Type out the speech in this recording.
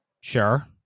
Sure